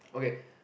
okay